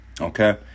Okay